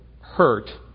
hurt